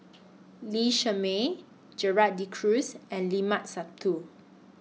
Lee Shermay Gerald De Cruz and Limat Sabtu